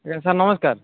ଆଜ୍ଞା ସାର୍ ନମସ୍କାର